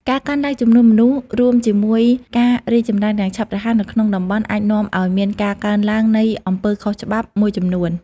ការកើនឡើងចំនួនមនុស្ស រួមជាមួយការរីកចម្រើនយ៉ាងឆាប់រហ័សនៅក្នុងតំបន់ អាចនាំឲ្យមានការកើនឡើងនៃអំពើខុសច្បាប់ មួយចំនួន។